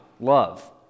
Love